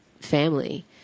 family